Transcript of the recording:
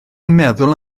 meddwl